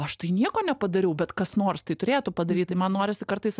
aš tai nieko nepadariau bet kas nors tai turėtų padaryt tai man norisi kartais